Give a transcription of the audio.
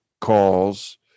calls